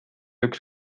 üks